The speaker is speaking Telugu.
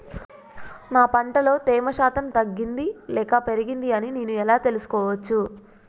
నా పంట లో తేమ శాతం తగ్గింది లేక పెరిగింది అని నేను ఎలా తెలుసుకోవచ్చు?